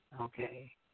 okay